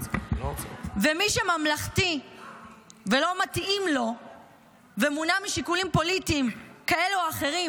ומי שממלכתי ולא מתאים לו ומונע משיקולים פוליטיים כאלה או אחרים,